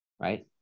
right